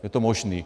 Je to možné.